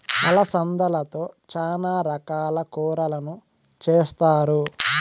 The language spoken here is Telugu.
అలసందలతో చానా రకాల కూరలను చేస్తారు